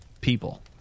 people